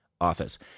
office